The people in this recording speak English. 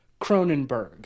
Cronenberg